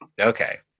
Okay